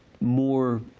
more